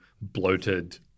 bloated